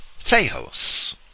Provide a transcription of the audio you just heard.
Theos